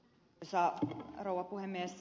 arvoisa rouva puhemies